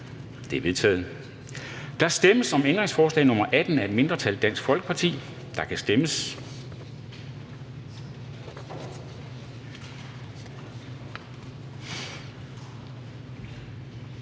De er vedtaget. Der stemmes om ændringsforslag nr. 16 af et mindretal (DF), og der kan stemmes.